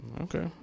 Okay